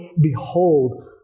behold